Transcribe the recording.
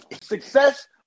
success